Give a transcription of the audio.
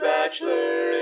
Bachelor